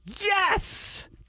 Yes